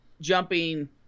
jumping